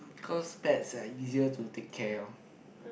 cause pets are easier to take care orh